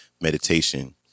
meditation